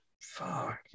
Fuck